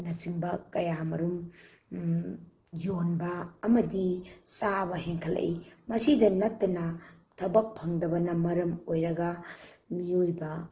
ꯅꯆꯤꯡꯕ ꯀꯌꯥ ꯃꯔꯨꯝ ꯌꯣꯟꯕ ꯑꯃꯗꯤ ꯆꯥꯕ ꯍꯦꯟꯒꯠꯂꯛꯏ ꯃꯁꯤꯗ ꯅꯠꯇꯅ ꯊꯕꯛ ꯐꯪꯗꯕꯅ ꯃꯔꯝ ꯑꯣꯏꯔꯒ ꯃꯤꯑꯣꯏꯕ